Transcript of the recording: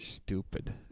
stupid